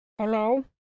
Hello